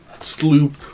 sloop